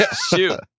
Shoot